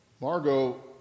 Margot